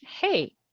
hey